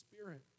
spirit